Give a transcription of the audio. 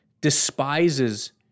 despises